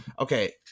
okay